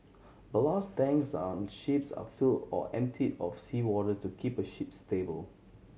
ballast tanks on ships are filled or emptied of seawater to keep a ship stable